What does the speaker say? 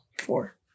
four